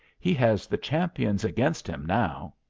he has the champions against him now.